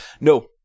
No